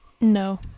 no